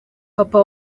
papa